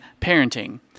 parenting